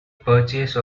purchase